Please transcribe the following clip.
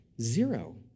Zero